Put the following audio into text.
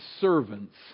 servants